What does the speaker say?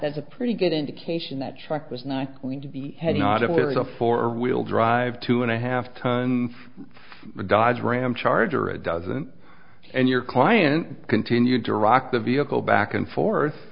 that's a pretty good indication that truck was not going to be had not even a four wheel drive two and a half to on the dodge ram charger it doesn't and your client continued to rock the vehicle back and forth